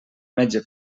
metge